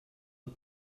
een